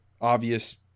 obvious